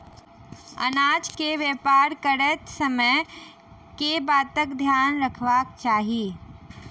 अनाज केँ व्यापार करैत समय केँ बातक ध्यान रखबाक चाहि?